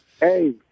Hey